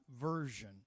version